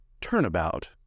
Turnabout